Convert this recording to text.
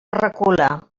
recula